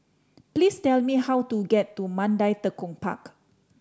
please tell me how to get to Mandai Tekong Park